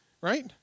right